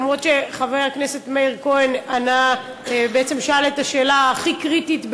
אף שחבר הכנסת מאיר כהן בעצם שאל את השאלה הכי קריטית בעיני,